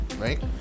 right